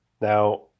Now